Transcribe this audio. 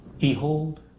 Behold